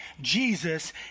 Jesus